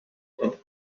and